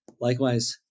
Likewise